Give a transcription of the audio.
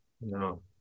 no